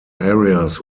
areas